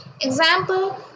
Example